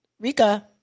Rika